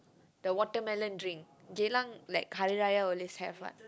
the watermelon drink Geylang like Hari-Raya all these have what